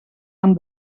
amb